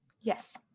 yes